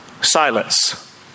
silence